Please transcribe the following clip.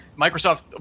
Microsoft